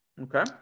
Okay